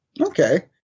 Okay